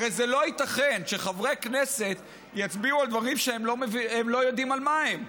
הרי זה לא ייתכן שחברי כנסת יצביעו על דברים שהם לא יודעים על מה הם.